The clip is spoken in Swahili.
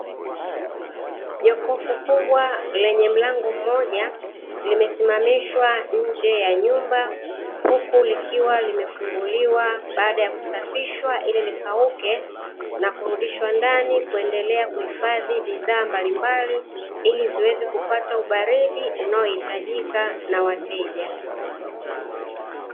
Jokofu kubwa lenye mlango mmoja limesimamishwa nje ya nyumba, huku likiwa limefunguliwa baada kusafishwa ililikauke na kuludisha ndani kuendelea kuifadhi bidhaa mbalimbali ili ziweze kupata ubarid unaohitajika na wateja.